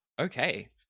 Okay